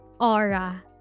aura